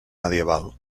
medieval